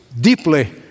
deeply